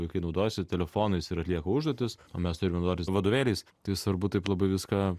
vaikai naudojasi telefonais ir atlieka užduotis o mes turim naudotis vadovėliais tai svarbu taip labai viską